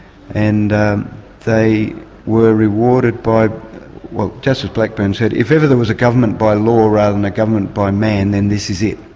and they were rewarded by well justice blackburn said if ever there was a government by law rather than a government by man, then this is it.